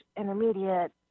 intermediate